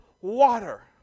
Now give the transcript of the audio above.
water